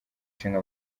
ishinga